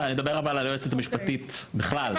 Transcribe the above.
אבל אני מדבר על היועצת המשפטית בכלל ולא רק של הוועדה.